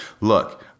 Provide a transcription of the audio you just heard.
look